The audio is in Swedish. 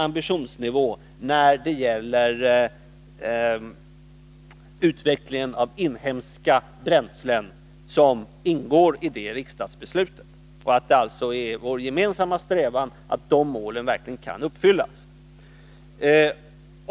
ambitionsnivån när det gäller utvecklingen av inhemska bränslen, och att det är vår gemensamma strävan att dessa mål verkligen skall uppfyllas.